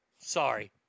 Sorry